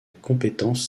compétence